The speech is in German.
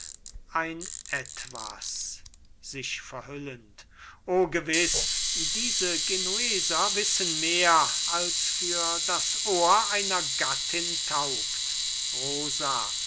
ein etwas sich verhüllend o gewiß diese genueser wissen mehr als für das ohr einer gattin taugt rosa